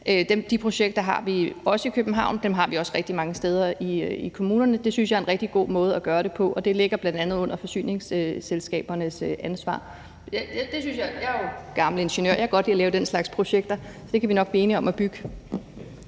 De projekter har vi også i København, og dem har vi også rigtig mange steder i kommunerne, og det synes jeg er en rigtig god måde at gøre det på. Det ligger bl.a. under forsyningsselskabernes ansvar. Jeg er gammel ingeniør, og jeg kan godt lide at lave den slags projekter, så det kan vi nok blive enige om at bygge.